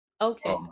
okay